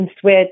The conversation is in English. switch